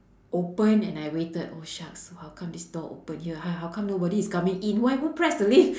open and I waited oh shucks how come this door open here how how come nobody is coming in why who press the lift